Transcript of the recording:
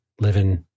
living